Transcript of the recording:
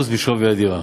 75% משווי הדירה,